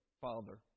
father